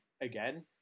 again